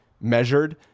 measured